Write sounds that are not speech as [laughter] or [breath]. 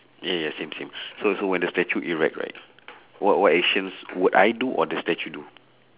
yeah ya same same [breath] so when the statue erect right what what actions will I do or the statue do